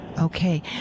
Okay